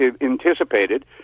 anticipated